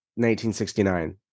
1969